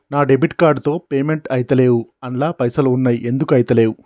నా debit card తో payment ఐతలేవ్ అండ్ల పైసల్ ఉన్నయి ఎందుకు ఐతలేవ్?